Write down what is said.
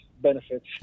benefits